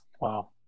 Wow